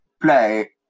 play